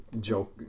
joke